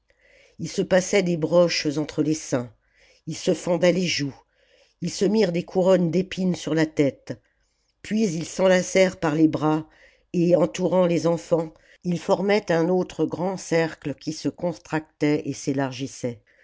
ils se passaient des broches entre les seins ils se fendaient les joues ils se mirent des couronnes d'épines sur la tête puis ils s'enlacèrent par les bras et entourant les enfants ils formaient un autre grand cercle qui se contractait et s'élargissait